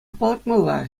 палӑртмалла